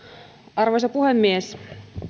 arvoisa puhemies